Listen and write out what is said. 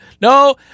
No